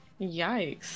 Yikes